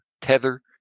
tether